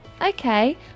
Okay